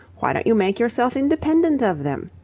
why don't you make yourself independent of them?